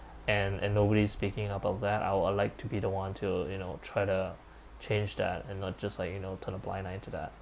and and nobody's speaking up of that I'll I like to be the one to you know try to change that and not just like you know turn a blind eye to that